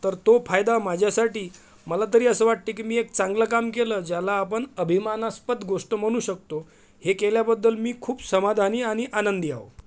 तर तो फायदा माझ्यासाठी मला तरी असं वाटते की मी एक चांगलं काम केलं ज्याला आपण अभिमानास्पद गोष्ट म्हणू शकतो हे केल्याबद्दल मी खूप समाधानी आणि आनंदी आहे